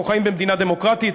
אנחנו חיים במדינה דמוקרטית,